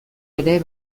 ere